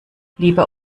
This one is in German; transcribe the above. lieber